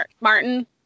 Martin